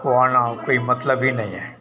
को आना कोई मतलब ही नहीं है